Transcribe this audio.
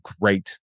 great